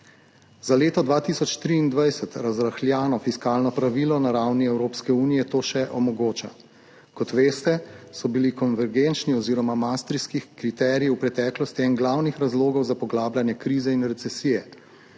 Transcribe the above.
Za leto 2023 razrahljano fiskalno pravilo na ravni Evropske unije to še omogoča. Kot veste, so bili konvergentni oziroma maastrichtski kriteriji v preteklosti eden glavnih razlogov za poglabljanje krize in recesije.